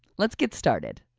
let's get started.